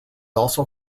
also